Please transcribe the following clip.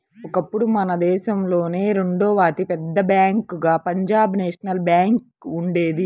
ఒకప్పుడు మన దేశంలోనే రెండవ అతి పెద్ద బ్యేంకుగా పంజాబ్ నేషనల్ బ్యేంకు ఉండేది